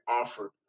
offer